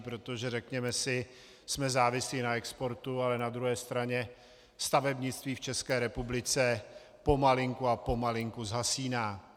Protože řekněme si, jsme závislí na exportu, ale na druhé straně stavebnictví v České republice pomalinku a pomalinku zhasíná.